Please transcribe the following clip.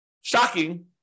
shocking